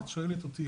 אם את שואלת אותי,